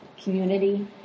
community